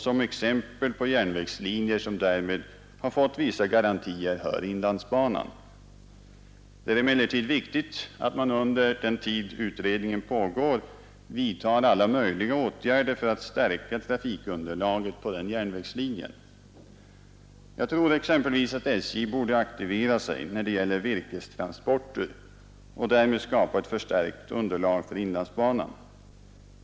Som exempel på järnvägslinjer som således har fått vissa garantier kan nämnas inlandsbanan. Det är emellertid viktigt att man under den tid utredningarna pågår vidtar alla möjliga åtgärder för att stärka trafikunderlaget på den järnvägslinjen. Jag tror exempelvis att SJ borde aktivera sig när det gäller virkestransporter och därmed skapa ett förstärkt underlag för inlandsbanan.